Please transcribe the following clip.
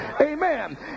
amen